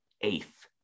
eighth